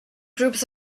groups